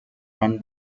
run